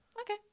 Okay